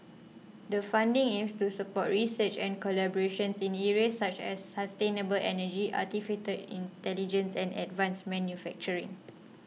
the funding aims to support research and collaborations in areas such as sustainable energy Artificial Intelligence and advanced manufacturing